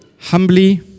humbly